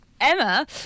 Emma